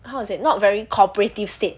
how to say not very cooperative state